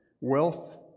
wealth